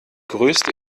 größte